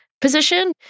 Position